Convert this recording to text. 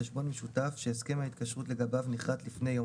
חשבון משותף שהסכם ההתקשרות לגביו נחרט לפני יום